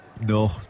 No